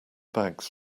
bags